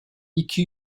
iki